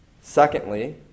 Secondly